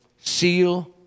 seal